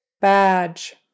Badge